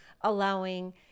allowing